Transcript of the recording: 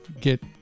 get